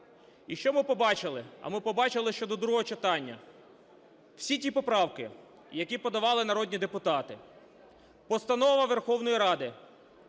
І що ми побачили? А ми побачили, що до другого читання всі ті поправки, які подавали народні депутати, Постанова Верховної Ради,